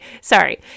sorry